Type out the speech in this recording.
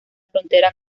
frontera